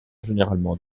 généralement